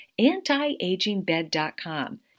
Antiagingbed.com